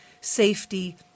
safety